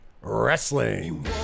wrestling